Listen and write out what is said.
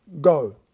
go